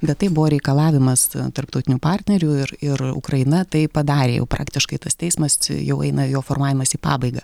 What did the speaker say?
bet tai buvo reikalavimas tarptautinių partnerių ir ir ukraina tai padarė jau praktiškai tas teismas jau eina jo formavimas į pabaigą